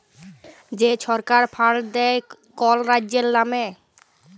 যে ছরকার ফাল্ড দেয় কল রাজ্যের লামে